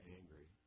angry